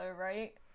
right